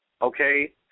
okay